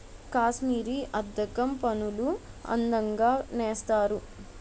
కాశ్మీరీ అద్దకం పనులు అందంగా నేస్తారు